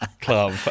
club